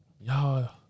Y'all